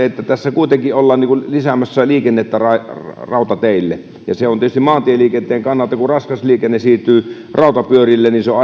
että tässä kuitenkin ollaan lisäämässä liikennettä rautateille se on tietysti maantieliikenteen kannalta aina hyvä asia kun raskas liikenne siirtyy rautapyörille on